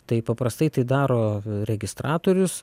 taip paprastai tai daro registratorius